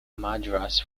madras